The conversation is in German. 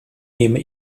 nehme